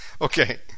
Okay